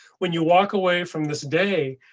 when you walk away from this day,